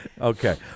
Okay